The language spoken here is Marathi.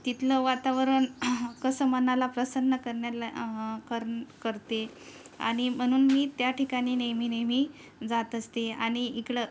तिथलं वातावरण कसं मनाला प्रसन्न करणाऱ्या कर करते आणि म्हणून मी त्या ठिकाणी नेमी नेहमी जात असते आणि इकडं